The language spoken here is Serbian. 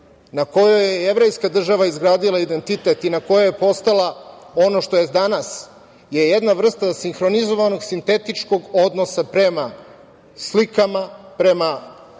na kojoj je jevrejska država izgradila identitet i na kojoj je postala ono što je danas, je jedna vrsta sinhronizovanog sintetičnog odnosa prema slikama, prema